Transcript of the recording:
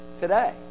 today